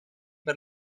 per